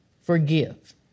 forgive